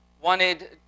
wanted